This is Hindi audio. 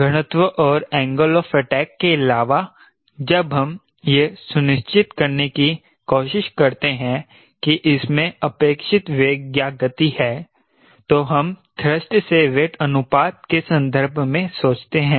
घनत्व और एंगल ऑफ अटैक के अलावा जब हम यह सुनिश्चित करने की कोशिश करते हैं कि इसमें अपेक्षित वेग या गति है तो हम थ्रस्ट से वेट अनुपात के संदर्भ में सोचते हैं